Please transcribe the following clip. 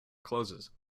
closes